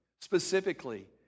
specifically